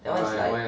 that [one] is like